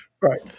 right